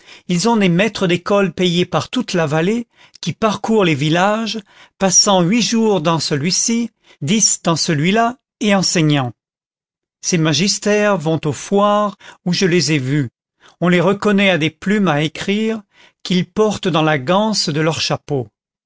ils ont des maîtres d'école payés par toute la vallée qui parcourent les villages passant huit jours dans celui-ci dix dans celui-là et enseignant ces magisters vont aux foires où je les ai vus on les reconnaît à des plumes à écrire qu'ils portent dans la ganse de leur chapeau